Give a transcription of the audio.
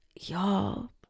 y'all